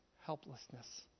helplessness